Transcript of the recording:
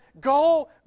Go